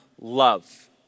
love